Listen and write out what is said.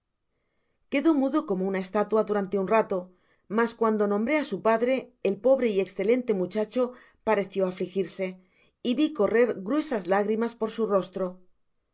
quedó mudo como una estátua durante un rato mas cuando nombré á su padre éf pobre y escelente mu chacho pareció afligirse y vi correr gruesas lágrimss por su rostro